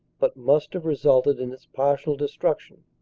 but must have resulted in its partial destruction,